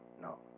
No